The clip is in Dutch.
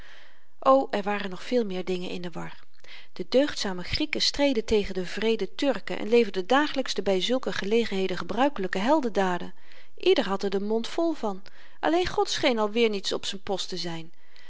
o er waren nog veel meer dingen in de war de deugdzame grieken streden tegen de wreede turken en leverden dagelyks de by zulke gelegenheden gebruikelyke heldendaden ieder had er den mond vol van alleen god scheen alweer niet op z'n post te zyn